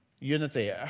unity